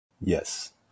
Yes